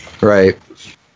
Right